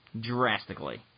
drastically